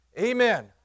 Amen